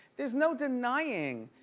there's no denying.